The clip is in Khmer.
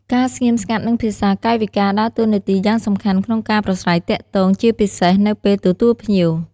ការស្ងៀមស្ងាត់ និងភាសាកាយវិការដើរតួនាទីយ៉ាងសំខាន់ក្នុងការប្រាស្រ័យទាក់ទង ជាពិសេសនៅពេលទទួលភ្ញៀវ។